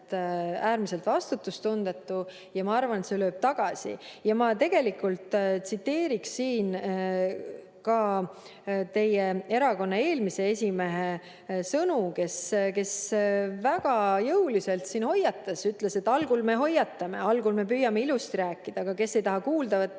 äärmiselt vastutustundetu ja ma arvan, et see lööb tagasi. Ja ma tegelikult tsiteeriksin siin ka teie erakonna eelmise esimehe sõnu. Ta väga jõuliselt hoiatas, ütles, et algul me hoiatame, algul me püüame ilusti rääkida, aga kes ei taha kuulda